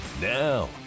Now